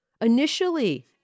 initially